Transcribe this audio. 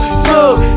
smooth